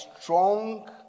strong